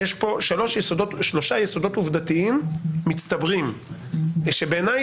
שלושה יסודות עובדתיים מצטברים שבעיניי